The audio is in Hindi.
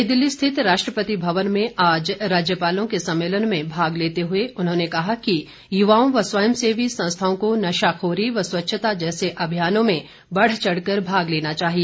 नई दिल्ली स्थित राष्ट्रपति भवन में आज राज्यपालों के सम्मेलन में भाग लेते हुए उन्होंने कहा कि युवाओं व स्वयं सेवी संस्थाओं को नशाखोरी व स्वच्छता जैसे अभियानों में बढ़चढ़ कर भाग लेना चाहिए